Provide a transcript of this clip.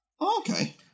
Okay